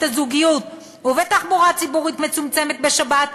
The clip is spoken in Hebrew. הזוגיות ובתחבורה ציבורית מצומצמת בשבת,